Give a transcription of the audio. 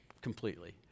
completely